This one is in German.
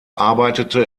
arbeitete